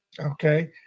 Okay